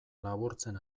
laburtzen